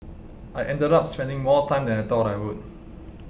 I ended up spending more time than I thought I would